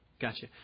Gotcha